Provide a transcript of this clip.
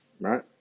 Right